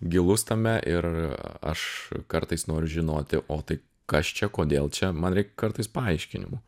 gilus tame ir aš kartais noriu žinoti o tai kas čia kodėl čia man reik kartais paaiškinimų